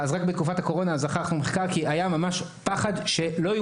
בתקופת הקורונה כי היה ממש פחד שלא יהיו